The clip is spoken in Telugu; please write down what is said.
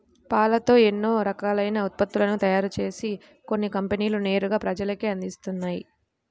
పాలతో ఎన్నో రకాలైన ఉత్పత్తులను తయారుజేసి కొన్ని కంపెనీలు నేరుగా ప్రజలకే అందిత్తన్నయ్